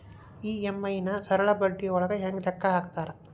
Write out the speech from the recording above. EMI ನ ಸರಳ ಬಡ್ಡಿಯೊಳಗ ಹೆಂಗ ಲೆಕ್ಕ ಹಾಕತಾರಾ